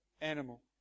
animal